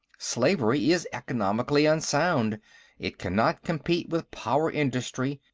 slavery is economically unsound it cannot compete with power-industry,